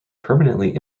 permanently